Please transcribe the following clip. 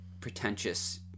pretentious